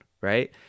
right